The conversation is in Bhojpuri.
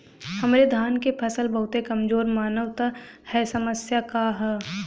हमरे धान क फसल बहुत कमजोर मनावत ह समस्या का ह?